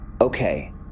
Okay